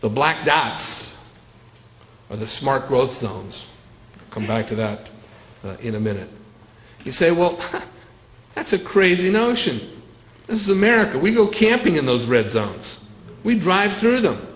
the black dots or the smart growth songs come back to that in a minute you say well that's a crazy notion this is america we go camping in those red zones we drive through them